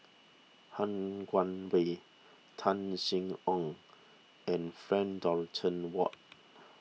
Han Guangwei Tan Sin Aun and Frank Dorrington Ward